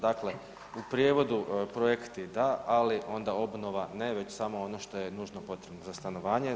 Dakle, u prijevodu projekti da, ali onda obnova ne, već samo ono što je nužno potrebno za stanovanje.